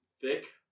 Thick